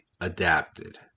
adapted